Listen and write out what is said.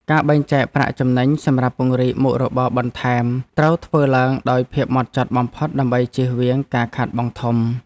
ការបែងចែកប្រាក់ចំណេញសម្រាប់ពង្រីកមុខរបរបន្ថែមត្រូវធ្វើឡើងដោយភាពហ្មត់ចត់បំផុតដើម្បីជៀសវាងការខាតបង់ធំ។